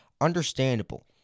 Understandable